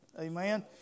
Amen